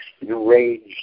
enraged